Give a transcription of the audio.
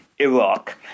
Iraq